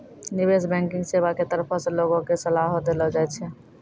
निबेश बैंकिग सेबा के तरफो से लोगो के सलाहो देलो जाय छै